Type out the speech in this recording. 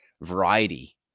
variety